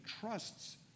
trusts